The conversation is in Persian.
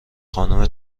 خانم